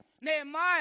Nehemiah